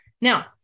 Now